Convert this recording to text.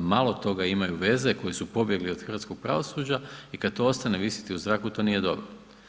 malo toga imaju veze, koji su pobjegli od hrvatskog pravosuđa i kada to ostane visjeti u zraku to nije dobro.